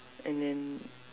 and then